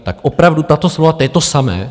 Tak opravdu tato slova to je to samé?